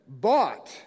bought